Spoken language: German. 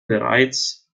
bereits